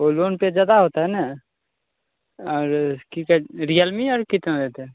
वह लोन पर ज़्यादा होता है ने और इसकी रियलमी और कितना लेते हैं